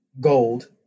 gold